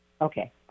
Okay